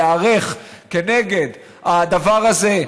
להיערך כנגד הדבר הזה,